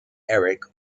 eric